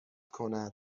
کند